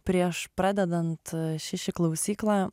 prieš pradedant ši ši klausyklą